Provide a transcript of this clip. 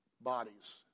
bodies